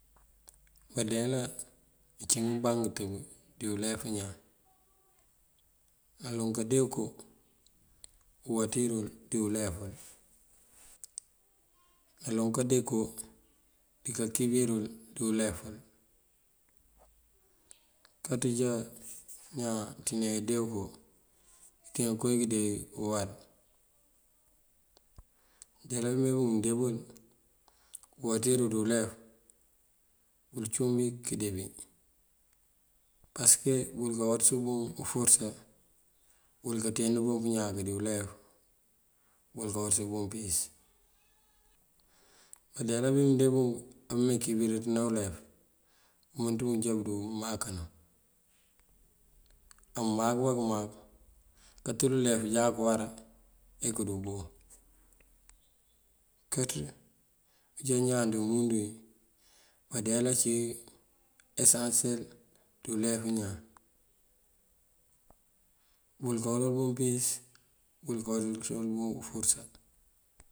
Bandeela ací ngëbaŋ ngëtëb dí ulef ñaan. Naloŋ kandee unkoo uwáaţi rul dí uleful naloŋ kandee koo dikakibirul dí uleful. Kaţa já ñaan ţí nedee unkoo nunteen koowí kí udee wí uwar. Bandeela wí mee bun mëmdee bul uwáaţi rul dí ulef wul cúun wí këdee bí pasëk wul kawáaţësu bun uforësa, wul kaţeendu bun pëñáak dí ulef, wul kawáaţësu bun pëyës. Bandeela bí mëndee bunk amëmee akirirëţ ná ulefu bëmënţ bun já umáakanu. Amáak bá këmáak katëël ulefu jáaţ puwará ajá ñaan dí umundu wí bandeela cí esansiyel dí ulef ñaan, wul kawël bun pëyíis á wul kawël bun bëfúuţësa.